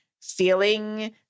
feeling